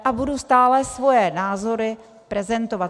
A budu stále svoje názory prezentovat.